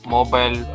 Mobile